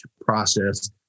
process